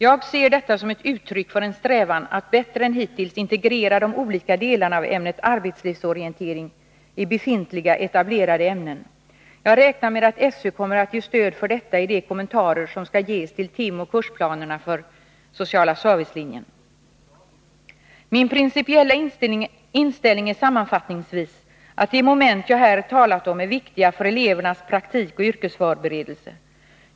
Jag ser detta som ett uttryck för en strävan att bättre än hittills integrera de olika delarna av ämnet arbetslivsorientering i befintliga, etablerade ämnen. Jag räknar med att SÖ kommer att ge stöd för detta i de kommentarer som skall ges till timoch kursplanerna för Ss-linjen. Min principiella inställning är sammanfattningsvis att de moment jag här talat om är viktiga för elevernas praktikoch yrkesförberedelse.